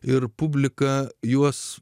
ir publika juos